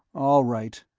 all right,